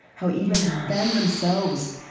how even them, themselves,